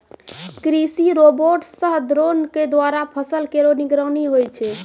कृषि रोबोट सह द्रोण क द्वारा फसल केरो निगरानी होय छै